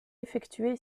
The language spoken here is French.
effectué